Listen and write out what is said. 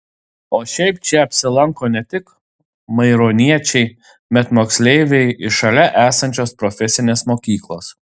o šiaip čia apsilanko ne tik maironiečiai bet moksleiviai iš šalia esančios profesinės mokyklos